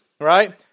right